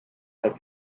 have